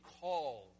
called